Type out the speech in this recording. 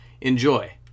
enjoy